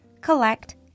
collect